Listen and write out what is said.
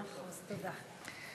מאה אחוז, תודה.